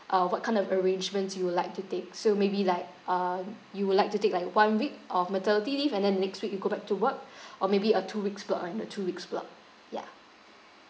uh what kind of arrangements you would like to take so maybe like um you would like to take like one week of maternity leave and then the next week you go back to work or maybe a two weeks block and a two weeks block yeah